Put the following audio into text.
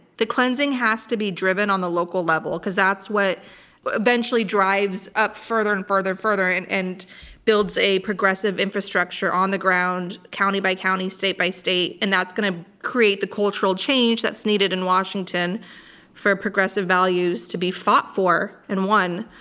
the cleansing has to be driven on the local level, because that's what but eventually drives up further and further and further, and and builds a progressive infrastructure on the ground county by county, state by state. and that's going to create the cultural change that's needed in washington for progressive values to be fought for and won,